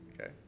Okay